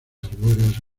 arbóreas